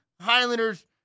Highlanders